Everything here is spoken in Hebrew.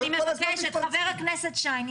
חבר הכנסת שיין,